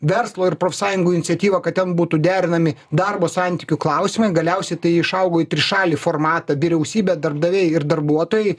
verslo ir profsąjungų iniciatyva kad ten būtų derinami darbo santykių klausimai galiausiai tai išaugo į trišalį formatą vyriausybė darbdaviai ir darbuotojai